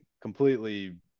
completely